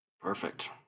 Perfect